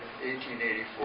1884